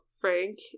Frank